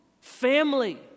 family